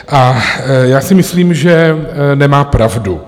A já si myslím, že nemá pravdu.